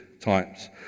times